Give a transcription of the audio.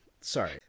sorry